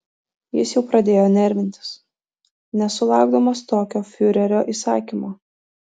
jis jau pradėjo nervintis nesulaukdamas tokio fiurerio įsakymo